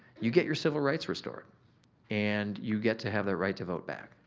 you get your civil rights restored and you get to have that right to vote back.